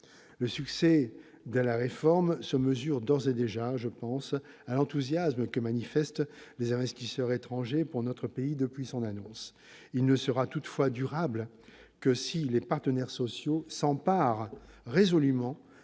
Le succès de la réforme se mesure d'ores et déjà à l'enthousiasme que manifestent les investisseurs étrangers pour notre pays depuis son annonce. Il ne sera toutefois durable que si les partenaires sociaux s'emparent résolument